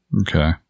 Okay